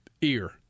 ear